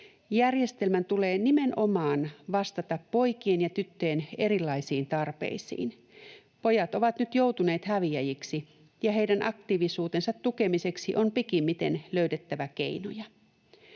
Järjestelmän tulee nimenomaan vastata poikien ja tyttöjen erilaisiin tarpeisiin. Pojat ovat nyt joutuneet häviäjiksi, ja heidän aktiivisuutensa tukemiseksi on pikimmiten löydettävä keinoja.